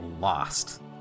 lost